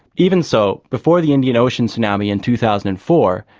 even so, before the indian ocean tsunami in two thousand and four,